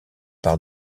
par